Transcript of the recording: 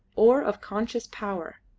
or of conscious power,